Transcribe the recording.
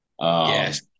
Yes